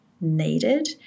needed